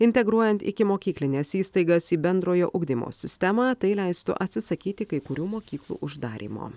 integruojant ikimokyklines įstaigas į bendrojo ugdymo sistemą tai leistų atsisakyti kai kurių mokyklų uždarymo